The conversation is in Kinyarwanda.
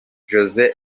jose